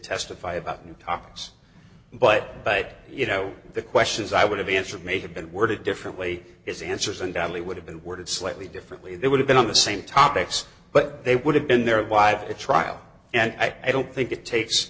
testify about new topics but you know the questions i would have answered may have been worded differently his answers and badly would have been worded slightly differently they would have been on the same topics but they would have been there by the trial and i don't think it takes